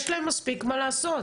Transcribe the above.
יש להם מספיק מה לעשות.